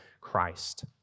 Christ